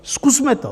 Zkusme to!